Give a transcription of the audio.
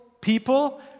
People